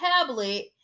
tablet